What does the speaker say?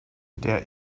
der